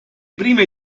prime